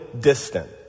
distant